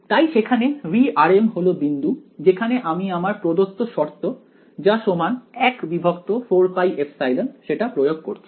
তাই সেখানে V হলো বিন্দু যেখানে আমি আমার প্রদত্ত শর্ত যা সমান 14πε সেটা প্রয়োগ করছি